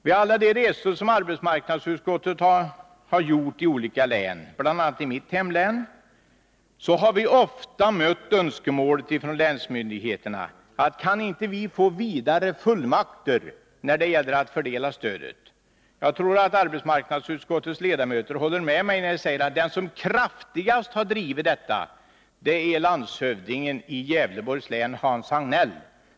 Vid alla de resor som arbetsmarknadsutskottet har gjort i olika län, bl.a. i mitt hemlän, har vi kommit att möta det här önskemålet från länsmyndigheterna: Kan vi inte få vidare fullmakter när det gäller att fördela stödet? Jag tror att arbetsmarknadsutskottets ledamöter håller med mig när jag säger att den som kraftigast har drivit den frågan är landshövdingen i Gävleborgs län, Hans Hagnell.